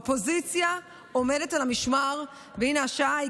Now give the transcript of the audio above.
על מה שמתחולל במשטרה וההדחה של